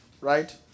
right